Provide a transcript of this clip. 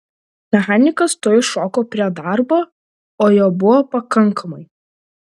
mechanikas tuoj šoko prie darbo o jo buvo pakankamai